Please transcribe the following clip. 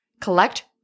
collect